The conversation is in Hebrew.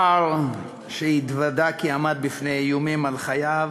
שר שהתוודה כי עמד בפני איומים על חייו